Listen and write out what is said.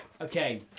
okay